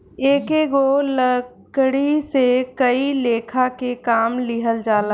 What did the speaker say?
एकेगो लकड़ी से कई लेखा के काम लिहल जाला